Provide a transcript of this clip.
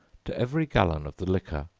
to every gallon of the liquor,